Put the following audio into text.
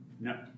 No